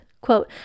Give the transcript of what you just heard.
Quote